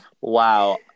Wow